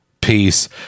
Peace